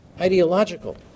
ideological